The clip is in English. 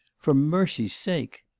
for mercy's sake!